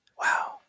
Wow